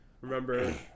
remember